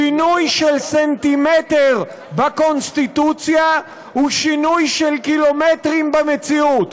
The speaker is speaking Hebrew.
שינוי של סנטימטר בקונסטיטוציה הוא שינוי של קילומטרים במציאות,